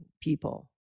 people